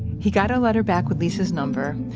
he got a letter back with lisa's number.